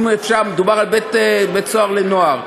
מדובר בבית-סוהר לנוער.